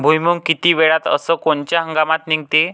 भुईमुंग किती वेळात अस कोनच्या हंगामात निगते?